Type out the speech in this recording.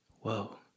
whoa